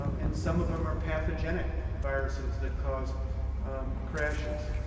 so and some of them are pathogenic viruses that cause crashes.